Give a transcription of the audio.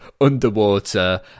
underwater